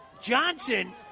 Johnson